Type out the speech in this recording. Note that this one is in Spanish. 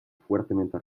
fuertemente